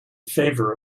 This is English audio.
favor